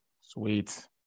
Sweet